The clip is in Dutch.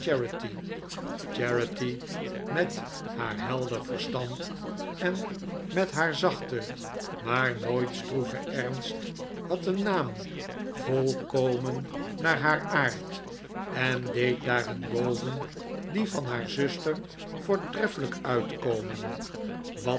met haar helder verstand en met haar zachten maar nooit stroeven ernst had een naam volkomen naar haar aard en deed daarenboven dien van haar zuster voortreffelijk uitkomen wat